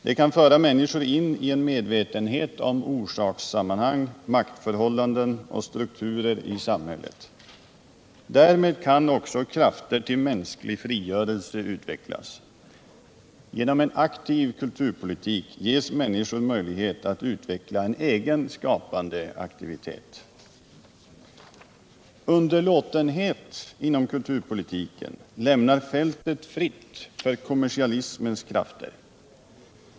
De kan föra människor in i en medvetenhet om orsakssammanhang, maktförhållanden och strukturer i samhället. Därmed kan också krafter till mänsklig frigörelse utvecklas, Genom en aktiv kulturpolitik ges människor möjlighet att utveckla en egen skapande aktivitet. Underlåtenhet inom kulturpolitiken lämnar fältet fritt för kommersialis Nr 92 mens krafter.